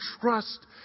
trust